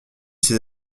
ses